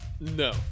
No